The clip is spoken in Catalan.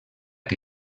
que